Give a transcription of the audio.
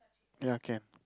ya can